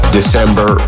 December